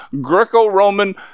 Greco-Roman